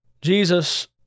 Jesus